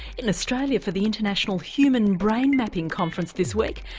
in australia for the international human brain mapping conference this week,